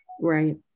Right